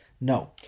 no